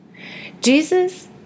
Jesus